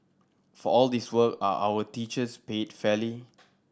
for all this work are our teachers paid fairly